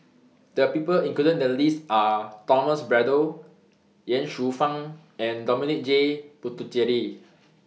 The People included in The list Are Thomas Braddell Ye Shufang and Dominic J Puthucheary